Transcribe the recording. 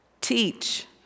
teach